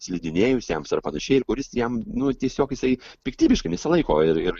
slidinėjusiems ar panašiai kuris jam nu tiesiog jisai piktybiškai nesilaiko ir ir